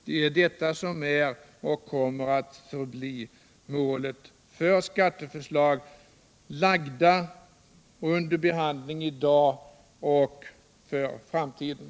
Det är detta som är och kommer att förbli målet för skatteförslag — lagda och under behandling i dag och för framtiden.